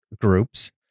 groups